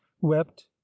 wept